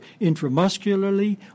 intramuscularly